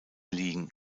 liegen